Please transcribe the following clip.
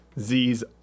Z's